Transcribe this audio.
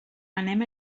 anem